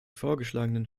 vorgeschlagenen